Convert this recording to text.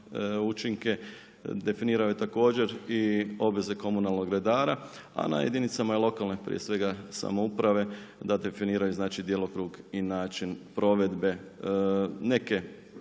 učinke, definirao je također i obveze komunalnog redara, a na jedinica lokalne samouprave da definiraju djelokrug i način provedbe neke,